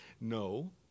No